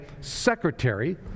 secretary